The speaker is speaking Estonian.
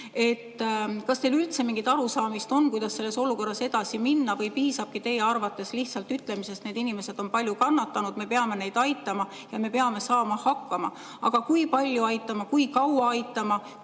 Kas teil üldse on mingit arusaamist, kuidas selles olukorras edasi minna, või piisabki teie arvates lihtsalt ütlemisest, et need inimesed on palju kannatanud, me peame neid aitama ja me peame hakkama saama? Aga kui palju aitama, kui kaua aitama,